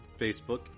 Facebook